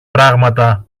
πράματα